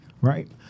right